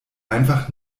einfach